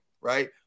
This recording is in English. right